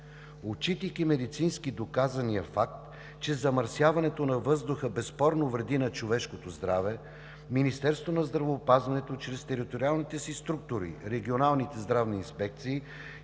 Отчитайки медицински доказания факт, че замърсяването на въздуха безспорно вреди на човешкото здраве, Министерството на здравеопазването чрез териториалните си структури – регионалните здравни инспекции,